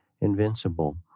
invincible